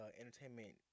entertainment